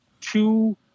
two